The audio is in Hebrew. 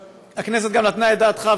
הכנסת גם נתנה את דעתה,